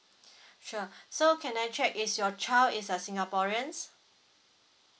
sure so can I check is your child is a singaporeans